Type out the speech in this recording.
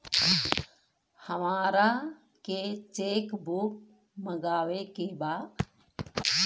हमारा के cheque book मगावे के बा?